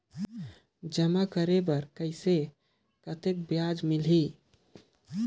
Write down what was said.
जमा करे बर कइसे कतेक ब्याज मिलही?